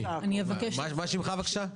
מה שמך בבקשה?